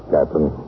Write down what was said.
Captain